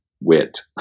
wit